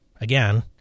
again